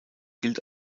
gilt